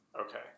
Okay